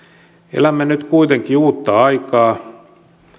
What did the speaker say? elämme nyt kuitenkin uutta aikaa